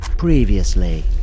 Previously